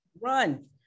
run